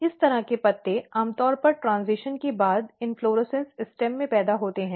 इस तरह के पत्ते आमतौर पर ट्रॅन्ज़िशन् के बाद इन्फ़्लॉरेसॅन्स स्टेम में पैदा होते हैं